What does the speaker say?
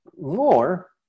more